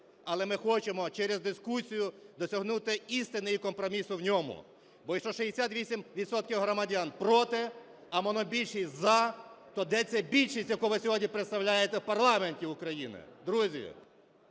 але ми хочемо через дискусію досягнути істини і компромісу в ньому. Бо якщо 68 відсотків громадян "проти", а монобільшість "за", то де ця більшість, яку ви сьогодні представляєте в парламенті України? Друзі,